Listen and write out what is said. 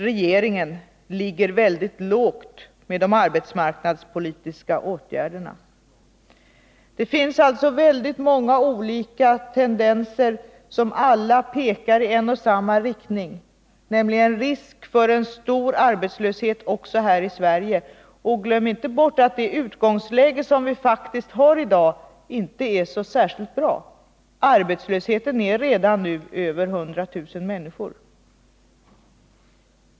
Regeringen ligger väldigt lågt med de arbetsmarknadspolitiska åtgärderna. Det finns alltså väldigt många olika tendenser som alla pekar i en och samma riktning, nämligen risk för en stor arbetslöshet också här i Sverige. Och glöm inte bort att det utgångsläge som vi faktiskt har i dag inte är så särskilt bra. Det finns redan nu över 100 000 arbetslösa.